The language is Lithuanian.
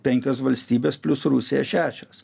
penkios valstybės plius rusija šešios